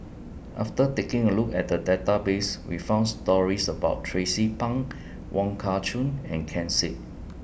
after taking A Look At The Database We found stories about Tracie Pang Wong Kah Chun and Ken Seet